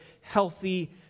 healthy